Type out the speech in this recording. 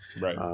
Right